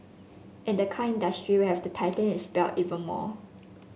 and the car industry will have to tighten its belt even more